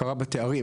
הכרה בתארים,